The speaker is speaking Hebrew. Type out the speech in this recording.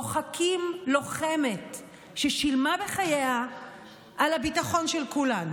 מוחקים לוחמת ששילמה בחייה על הביטחון של כולנו.